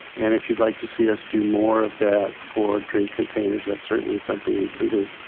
and if you'd like to see us do more of that for drinking containers, that's certainly something we can do.